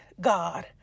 God